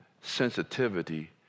sensitivity